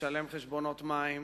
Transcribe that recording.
לשלם חשבונות מים,